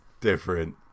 different